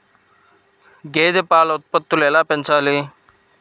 గేదె పాల ఉత్పత్తులు ఎలా పెంచాలి?